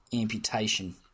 amputation